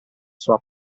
sua